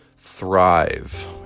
thrive